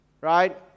right